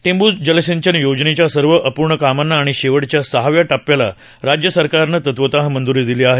टेंभू जलसिंचन योजनेच्या सर्व अपूर्ण कामांना आणि शेवटच्या सहाव्या टप्प्याला राज्य सरकारनं तत्वतः मंज्री दिली आहे